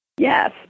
Yes